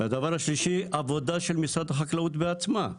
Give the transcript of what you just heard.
והדבר השלישי העבודה של משרד החקלאות בעצמה,